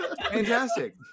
fantastic